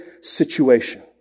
situation